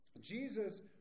Jesus